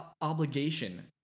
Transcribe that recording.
obligation